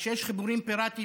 וכשיש חיבורים פיראטיים,